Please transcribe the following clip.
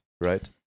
right